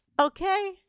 okay